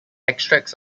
extracts